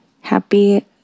Happy